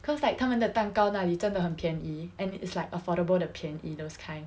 cause like 他们的蛋糕那里真的很便宜 and it's like affordable 的便宜 those kind